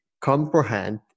comprehend